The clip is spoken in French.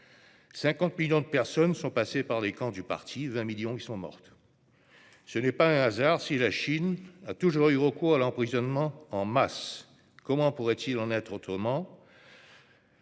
50 millions de personnes qui sont passées par les camps du parti ; 20 millions de personnes y sont mortes. Ce n'est pas un hasard si la Chine a toujours eu recours à l'emprisonnement de masse. Comment pourrait-il en être autrement